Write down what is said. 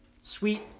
Sweet